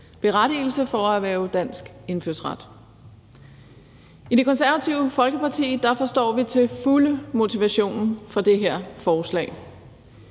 eksistensberettigelse, for at erhverve dansk indfødsret. I Det Konservative Folkeparti forstår vi til fulde motivationen for det her forslag.